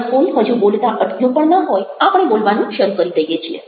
અને કોઈ હજૂ બોલતા અટક્યું પણ ના હોય આપણે બોલવાનું શરૂ કરી દઈએ છીએ